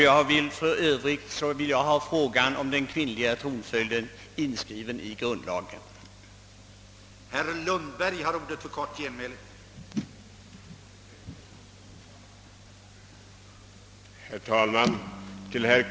Jag nämné de också, att jag vill ha frågan om kvinnlig tronföljd inskriven i grundlagen — vår främsta författning.